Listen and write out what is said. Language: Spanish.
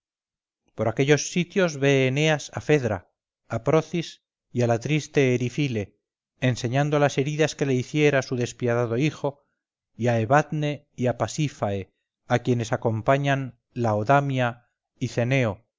en aquellos sitios ve eneas a fedra a procis y a la triste erifile enseñando las heridas que le hiciera su despiadado hijo y a evadne y a pasífae a quienes acompañan laodamia y ceneo